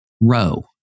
row